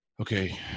Okay